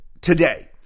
today